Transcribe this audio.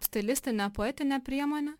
stilistinę poetinę priemonę